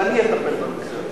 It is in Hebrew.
ואני אטפל בנושא הזה.